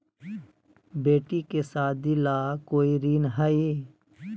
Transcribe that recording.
बेटी के सादी ला कोई ऋण हई?